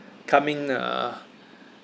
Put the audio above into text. coming uh